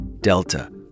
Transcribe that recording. Delta